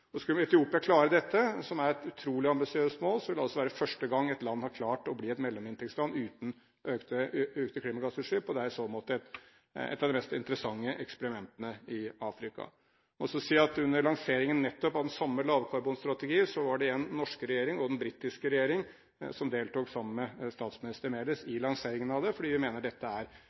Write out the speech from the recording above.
Skulle Etiopia klare dette, som er et utrolig ambisiøst mål, vil det være første gang et land har klart å bli et mellominntektsland uten økte klimagassutslipp, og det er i så måte et av de mest interessante eksperimentene i Afrika. Jeg vil også si at under lanseringen av nettopp den samme lavkarbonstrategien var det igjen den norske regjering og den britiske regjering som deltok sammen med statsminister Meles, fordi vi mener dette er